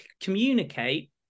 communicate